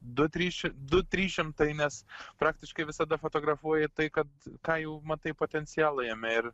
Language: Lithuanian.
du trys du trys šimtai nes praktiškai visada fotografuoji tai kad tą jau matai potencialą jame ir